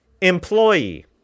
employee